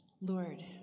lord